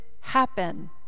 happen